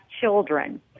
children